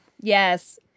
Yes